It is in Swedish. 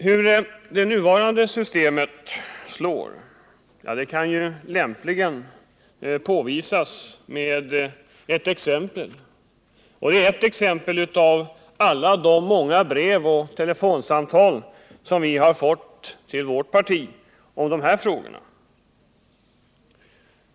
Hur det nuvarande systemet slår kan lämpligen belysas med ett exempel, och det är ett exempel ur alla de många brev och telefonsamtal som vi har fått till vårt parti om de här frågorna.